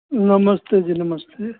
नमस्ते जी नमस्ते